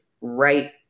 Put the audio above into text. right